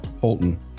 Holton